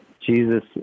Jesus